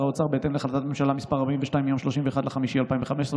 האוצר בהתאם להחלטת הממשלה מס' 42 מיום 31 במאי 2015,